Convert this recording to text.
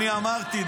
אני אמרתי,